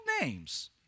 names